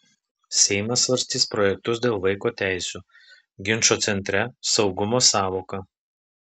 seimas svarstys projektus dėl vaiko teisių ginčo centre saugumo sąvoka